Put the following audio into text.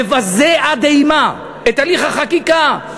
מבזה עד אימה את הליך החקיקה.